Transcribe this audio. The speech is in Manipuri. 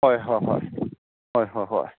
ꯍꯣꯏ ꯍꯣꯏ ꯍꯣꯏ ꯍꯣꯏ ꯍꯣꯏ ꯍꯣꯏ